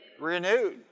Renewed